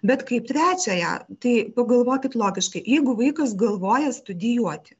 bet kaip trečiąją tai pagalvokit logiškai jeigu vaikas galvoja studijuoti